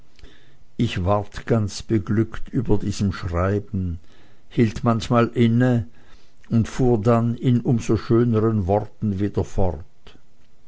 ich ward ganz beglückt über diesem schreiben hielt manchmal inne und fuhr dann in um so schöneren worten wieder fort